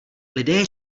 lidé